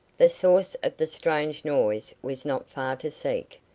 the source of the strange noise was not far to seek,